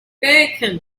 bacon